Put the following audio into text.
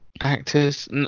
actors